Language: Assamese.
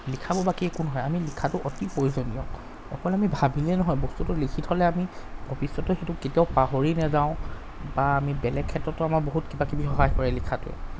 লিখাবোৰ বাকী একো নহয় আমি লিখাটো অতি প্ৰয়োজনীয় অকল আমি ভাবিলেই নহয় বস্তুটো লিখি থ'লে আমি ভবিষ্যতেও সেইটো কেতিয়াও পাহৰি নেযাওঁ বা আমি বেলেগ ক্ষেত্ৰতো আমাৰ বহুত কিবাকিবি সহায় কৰে লিখাটোৱে